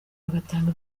bagatanga